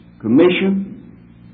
commission